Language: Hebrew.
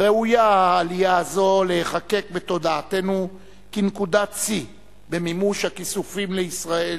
ראויה העלייה הזאת להיחקק בתודעתנו כנקודת שיא במימוש הכיסופים לישראל